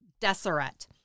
Deseret